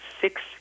six